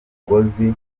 mugozi